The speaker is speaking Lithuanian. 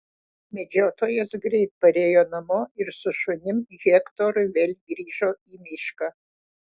medžiotojas greit parėjo namo ir su šunim hektoru vėl grįžo į mišką